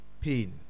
pain